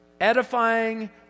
Edifying